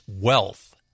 wealth